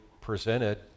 presented